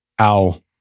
Ow